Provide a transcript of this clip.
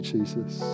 Jesus